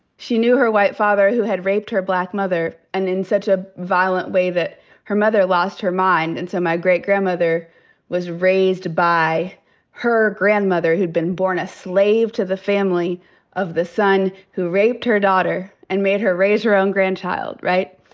she knew her white father who had raped her black mother and in such a violent way that her mother lost her mind. and so my great-grandmother was raised by her grandmother, who'd been born a slave to the family of the son who raped her daughter and made her raise her own grandchild, right?